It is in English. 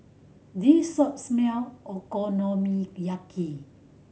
this shop smell Okonomiyaki